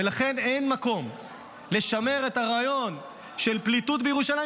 ולכן אין מקום לשמר את הרעיון של פליטות בירושלים,